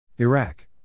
Iraq